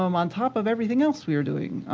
um on top of everything else we were doing.